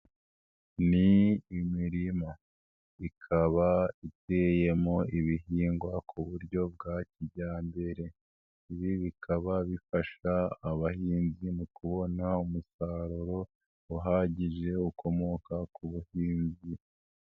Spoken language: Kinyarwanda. Ni imirima, ikaba iteyemo ibihingwa ku buryo bwa kijyambere. Ibi bikaba bifasha abahinzi mu kubona umusaruro uhagije, ukomoka ku buhinzi.